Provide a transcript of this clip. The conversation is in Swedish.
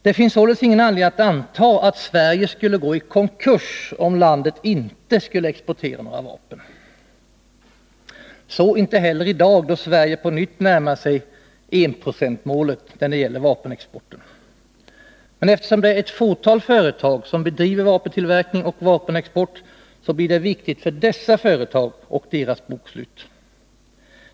Det finns således ingen anledning att anta att Sverige skulle gå i konkurs, om landet inte skulle exportera några vapen. Så inte heller i dag då Sverige på nytt närmar sig ”enprocentsmålet” när det gäller vapenexporten. Men eftersom det är ett fåtal företag som bedriver vapentillverkning och vapenexport, blir denna viktig för just dessa företag, och deras bokslut.